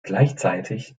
gleichzeitig